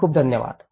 खूप खूप धन्यवाद